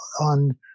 on